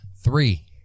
three